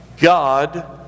God